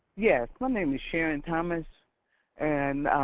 yes my name is sharon thomas and